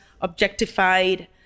objectified